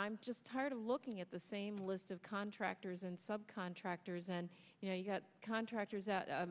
i'm just tired of looking at the same list of contractors and subcontractors and you know you've got contractors a